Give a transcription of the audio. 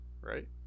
right